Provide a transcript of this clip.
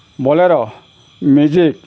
bolero magic